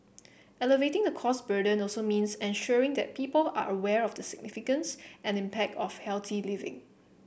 alleviating the cost burden also means ensuring that people are aware of the significance and impact of healthy living